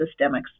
systemics